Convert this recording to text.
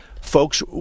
Folks